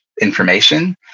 information